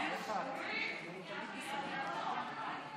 להעביר לוועדה את הצעת חוק שירות ביטחון (תיקון,